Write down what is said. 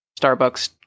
starbucks